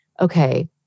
okay